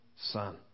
Son